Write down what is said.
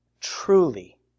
truly